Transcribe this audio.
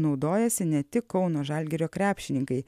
naudojasi ne tik kauno žalgirio krepšininkai